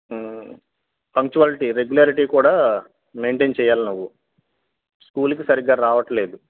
punctuality regularity కూడా maintain చేయాలి నువ్వు స్కూలి కి సరిగ్గా రావట్లేదు